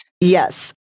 Yes